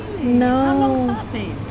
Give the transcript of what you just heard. no